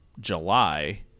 July